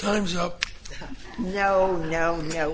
time's up no no no